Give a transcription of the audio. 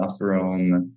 testosterone